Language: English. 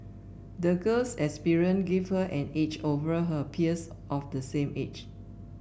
the girl's experience gave her an edge over her peers of the same age